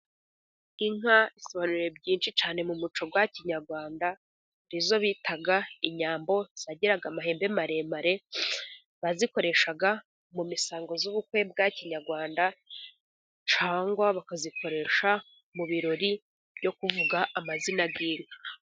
Inka zisobanuye byinshi cyane mu muco wa kinyarwanda, ni zo bitaga inyambo zagiraga amahembe maremare, bazikoreshaga mu misango y'ubukwe bwa kinyarwanda, cyangwa bakazikoresha mu birori byo kuvuga amazina y'inka.